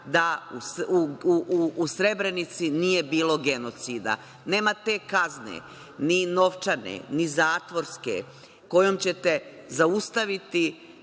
da u Srebrenici nije bilo genocida. Nema te kazne, ni novčane, ni zatvorske kojom ćete zaustaviti